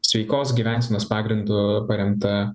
sveikos gyvensenos pagrindu paremta